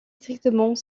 strictement